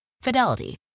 Fidelity